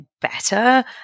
better